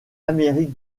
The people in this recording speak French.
amérique